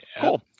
Cool